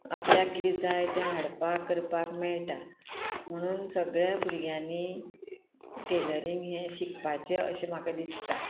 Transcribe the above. आपल्याक कितें जाय तें हाडपाक करपाक मेळटा म्हणून सगळ्या भुरग्यांनी टेलरींग हें शिकपाचें अशें म्हाका दिसता